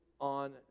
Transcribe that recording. on